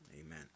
Amen